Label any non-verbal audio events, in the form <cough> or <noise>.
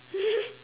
<laughs>